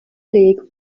league